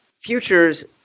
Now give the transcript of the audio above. futures